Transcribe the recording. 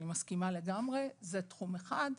אני מסכימה לגמרי, זה תחום אחד.